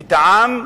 את העם,